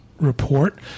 Report